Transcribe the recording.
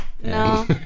No